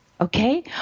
Okay